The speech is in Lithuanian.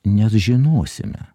nes žinosime